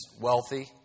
wealthy